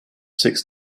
six